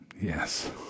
Yes